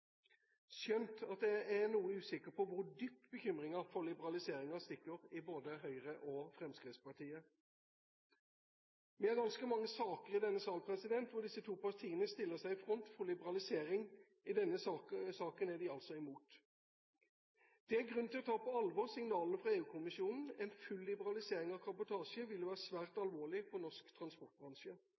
skjønt jeg er noe usikker på hvor dypt bekymringen for liberaliseringen stikker i både Høyre og Fremskrittspartiet. Vi har ganske mange saker i denne salen hvor disse to partiene stiller seg i front for liberalisering. I denne saken er de altså imot. Det er grunn til å ta signalene fra EU-kommisjonen på alvor. En full liberalisering av kabotasje ville være svært alvorlig for norsk transportbransje.